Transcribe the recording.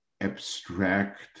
abstract